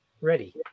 Ready